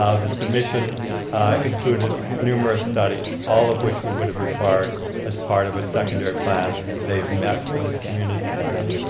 ah the submission included numerous studies, all of which we would have required as part of a secondary plan they've met for this community plan.